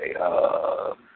okay